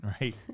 right